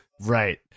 Right